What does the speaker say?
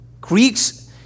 Greeks